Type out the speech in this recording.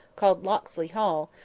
called locksley hall,